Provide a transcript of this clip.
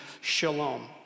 shalom